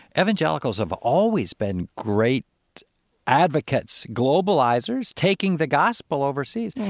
evangelicals have always been great advocates, globalizers, taking the gospel overseas.